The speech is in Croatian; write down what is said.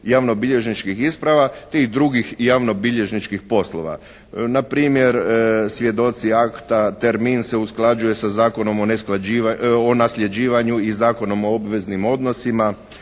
javnobilježničkih isprava, tih drugih javnobilježničkih poslova. Npr., svjedoci akta, termin se usklađuje sa Zakonom o nasljeđivanju i Zakonom o obveznim odnosima,